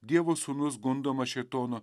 dievo sūnus gundomas šėtono